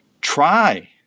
try